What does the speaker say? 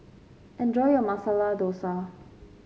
enjoy your Masala Dosa